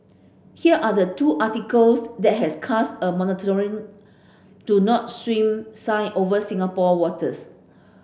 here are the two articles that has cast a metaphorical do not swim sign over Singapore waters